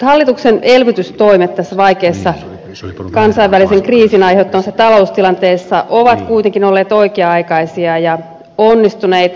hallituksen elvytystoimet tässä vaikeassa kansainvälisen kriisin aiheuttamassa taloustilanteessa ovat kuitenkin olleet oikea aikaisia ja onnistuneita